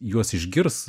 juos išgirs